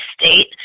state